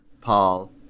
Paul